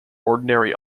ordinary